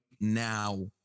now